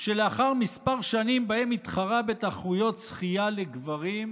שלאחר כמה שנים שבהן התחרה בתחרויות שחייה לגברים,